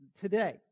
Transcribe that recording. today